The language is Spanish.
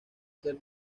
ser